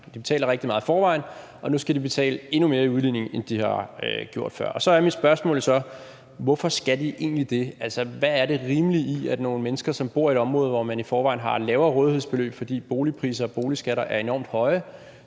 De betaler rigtig meget i forvejen, og nu skal de betale endnu mere i udligning, end de har gjort før, og så er mit spørgsmål jo: Hvorfor skal de egentlig det? Altså, hvad er det rimelige i, at nogle mennesker, som bor i et område, hvor man i forvejen har et lavere rådighedsbeløb, fordi boligpriser og boligskatter er enormt høje,